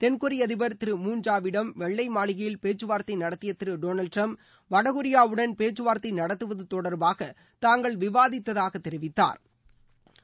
தென்கொரிய அதிபர் திரு மூன் ஜாவிடம் வெள்ளை மாளிகையில் பேச்சுவார்த்தை நடத்திய திரு டொனால்டு டிரம்ப் வடகொரியாவுடன் பேச்சுவார்தை நடத்துவது தொடர்பாக தாங்கள் விவாதித்ததாக தெரிவித்தாா்